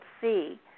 see